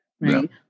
Right